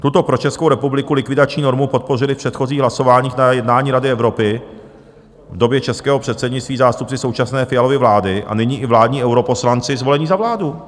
Tuto pro Českou republiku likvidační normu podpořili v předchozích hlasováních na jednání Rady Evropy v době českého předsednictví zástupci současné Fialovy vlády a nyní i vládní europoslanci zvolení za vládu.